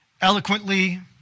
eloquently